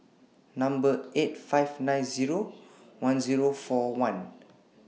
eight five nine Zero one Zero four one